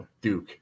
Duke